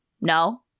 no